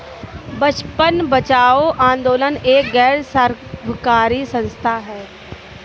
बचपन बचाओ आंदोलन एक गैर लाभकारी संस्था है